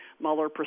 Mueller